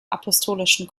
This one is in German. apostolischen